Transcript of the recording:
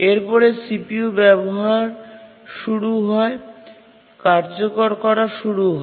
এরপর CPU ব্যবহার শুরু হয় কার্যকর করা শুরু হয়